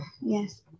Yes